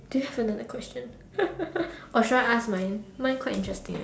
do you have another question or should I ask my mine quite interesting eh